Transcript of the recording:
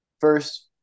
First